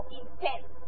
intense